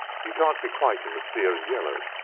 he can't be quite in the sere and yellow.